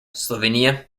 slovenia